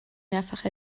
mehrfach